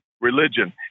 religion